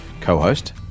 co-host